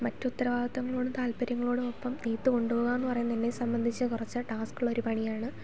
മറ്റു ഉത്തരവാദിത്തങ്ങളോടും താല്പര്യങ്ങളോടും ഒപ്പം നെയ്ത്തു കൊണ്ടു പോകുക എന്നു പറയുന്നത് എന്നെ സംബന്ധിച്ചു കുറച്ചു ടാസ്ക്കുള്ളൊരു പണിയാണ്